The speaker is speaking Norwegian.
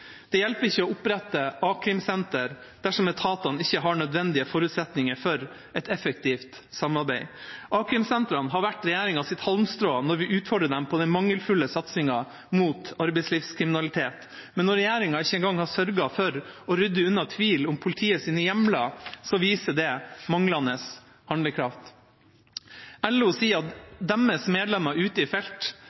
Det hjelper ikke å opprette a-krimsentre dersom etatene ikke har nødvendige forutsetninger for et effektivt samarbeid. A-krimsentrene har vært regjeringas halmstrå når vi utfordrer dem på den mangelfulle satsingen mot arbeidslivskriminalitet, men når regjeringa ikke engang har sørget for å rydde unna tvil om politiets hjemler, viser det manglende handlekraft. LO sier at deres medlemmer ute i